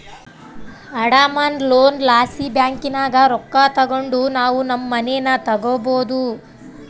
ಅಡಮಾನ ಲೋನ್ ಲಾಸಿ ಬ್ಯಾಂಕಿನಾಗ ರೊಕ್ಕ ತಗಂಡು ನಾವು ನಮ್ ಮನೇನ ತಗಬೋದು